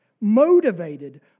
motivated